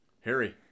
Harry